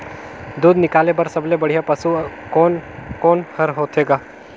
दूध निकाले बर सबले बढ़िया पशु कोन कोन हर होथे ग?